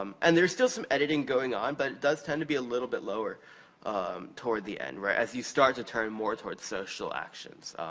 and there's still some editing going on, but it does tend to be a little bit lower toward the end. as you start to turn more towards social actions.